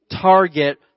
target